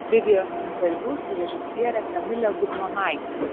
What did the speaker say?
video interviu su režisiere kamile gudmonaite